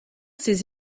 ces